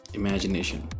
imagination